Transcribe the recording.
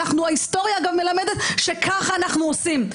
ההיסטוריה גם מלמדת שככה אנחנו עושים.